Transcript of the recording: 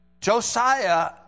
Josiah